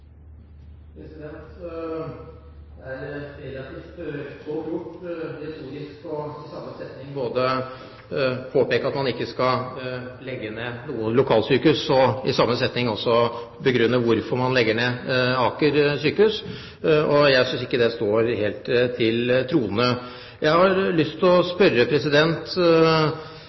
er relativt godt gjort retorisk i samme setning både å påpeke at man ikke skal legge ned noen lokalsykehus, og begrunne hvorfor man legger ned Aker sykehus. Jeg synes ikke det står helt til troende. Jeg har lyst til å